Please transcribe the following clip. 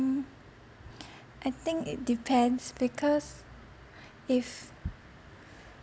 mm I think it depends because if